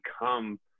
become